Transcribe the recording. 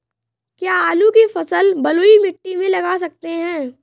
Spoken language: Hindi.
क्या आलू की फसल बलुई मिट्टी में लगा सकते हैं?